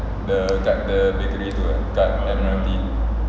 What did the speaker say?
the kat the bakery tu eh kat admiralty